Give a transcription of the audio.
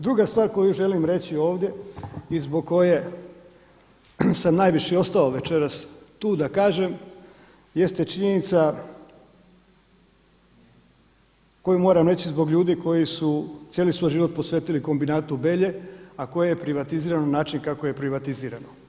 Druga stvar koju želim reći ovdje i zbog koje sam najviše ostao večeras tu da kažem jeste činjenica koju moram reći zbog ljudi koji su cijeli svoj život posvetili kombinatu Belje, a koje je privatizirano na način kako je privatizirano.